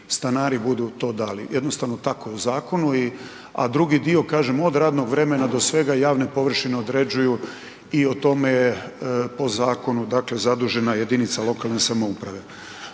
stanari budu to dali, jednostavno tako je u zakonu. A drugi dio kažem od radnog vremena do svega javne površine određuju i o tome je po zakonu dakle zadužena jedinica lokalne samouprave.